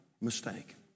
mistake